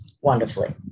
wonderfully